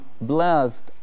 blessed